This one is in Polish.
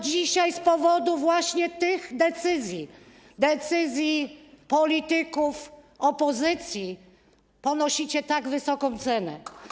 Dzisiaj z powodu właśnie tych decyzji, decyzji polityków opozycji, ponosicie tak wysoką cenę.